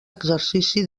exercici